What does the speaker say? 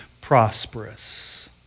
prosperous